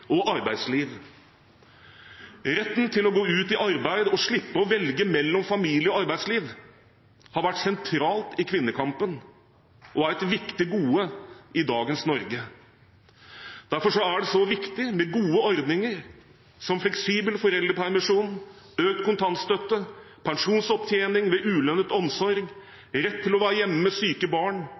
og arbeidsliv. Retten til å gå ut i arbeid og slippe å velge mellom familie og arbeidsliv har vært sentral i kvinnekampen, og er et viktig gode i dagens Norge. Derfor er det så viktig med gode ordninger, som fleksibel foreldrepermisjon, økt kontantstøtte, pensjonsopptjening ved ulønnet omsorg, rett til å være hjemme med syke barn,